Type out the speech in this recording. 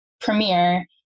premiere